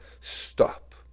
stop